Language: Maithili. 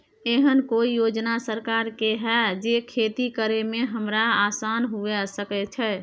एहन कौय योजना सरकार के है जै खेती करे में हमरा आसान हुए सके छै?